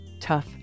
tough